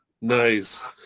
Nice